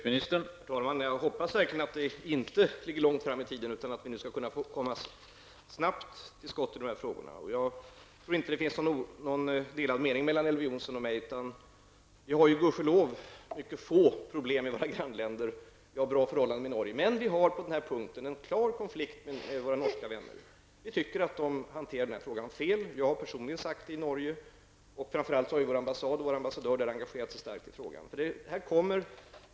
Herr talman! Jag hoppas verkligen att det inte ligger långt fram i tiden utan att vi snabbt skall kunna komma till skott med dessa frågor. Jag tror inte att Elver Jonsson och jag har några delade meningar i den frågan. Vi har tack och lov mycket få problem med våra grannländer. Vi har ett bra förhållande till Norge. På den här punkten har vi dock en klar konflikt med våra norska vänner. Vi tycker att de hanterar den här frågan fel. Jag har personligen sagt det i Norge. Framför allt vår ambassad och ambassadören i Norge har engagerat sig starkt i frågan.